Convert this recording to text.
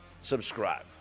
subscribe